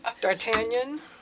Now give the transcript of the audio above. D'Artagnan